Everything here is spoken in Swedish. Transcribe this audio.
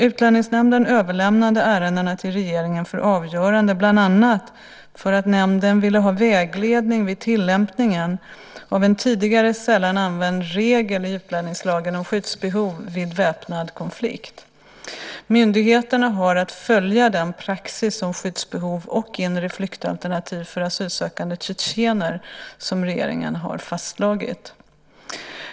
Utlänningsnämnden överlämnade ärendena till regeringen för avgörande bland annat för att nämnden ville ha vägledning vid tillämpningen av en tidigare sällan använd regel i utlänningslagen om skyddsbehov vid väpnad konflikt. Myndigheterna har att följa den praxis om skyddsbehov och inre flyktalternativ för asylsökande tjetjener som regeringen har fastslagit.